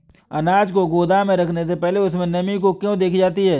अनाज को गोदाम में रखने से पहले उसमें नमी को क्यो देखी जाती है?